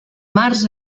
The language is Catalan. març